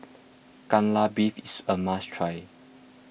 Kai Lan Beef is a must try